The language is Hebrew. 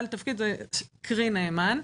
קרי נאמן,